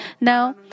Now